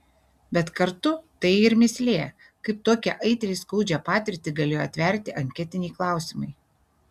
bet kartu tai ir mįslė kaip tokią aitriai skaudžią patirtį galėjo atverti anketiniai klausimai